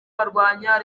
barwanya